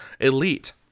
elite